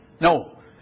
No